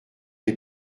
les